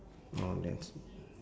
orh that's